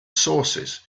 sources